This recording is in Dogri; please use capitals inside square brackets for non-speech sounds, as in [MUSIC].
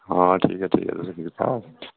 हां ठीक ऐ ठीक ऐ तुस [UNINTELLIGIBLE]